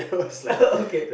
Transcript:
okay